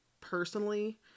personally